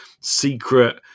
secret